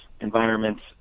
environments